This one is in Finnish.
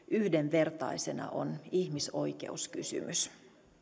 yhdenvertaisena on ihmisoikeuskysymys